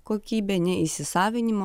kokybę ne įsisavinimą